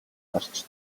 гарч